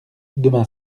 demain